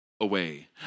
away